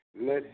Let